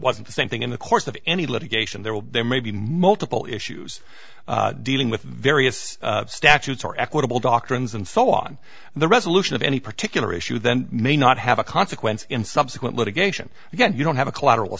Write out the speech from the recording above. wasn't the same thing in the course of any litigation there will there may be multiple issues dealing with various statutes or equitable doctrines and so on the resolution of any particular issue then may not have a consequence in subsequent litigation again you don't have a collateral